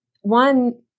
one